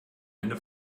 eine